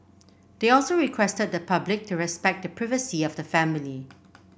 they also requested the public to respect the privacy of the family